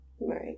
Right